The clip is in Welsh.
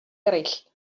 eraill